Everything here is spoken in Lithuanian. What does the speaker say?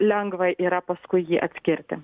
lengva yra paskui jį atskirti